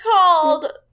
called